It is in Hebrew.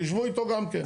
תשבו איתו גם כן.